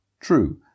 true